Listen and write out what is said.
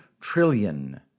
trillion